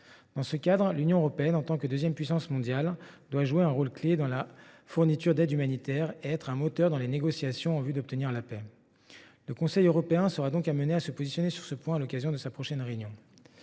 Dans ce cadre, l’Union européenne, en tant que deuxième puissance mondiale, doit jouer un rôle clé dans la fourniture d’aide humanitaire et être un moteur dans les négociations en vue d’obtenir la paix. Le Conseil européen sera donc amené à se positionner sur ce point à l’occasion de sa prochaine réunion.